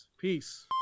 peace